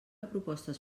propostes